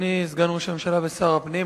אדוני סגן ראש הממשלה ושר הפנים,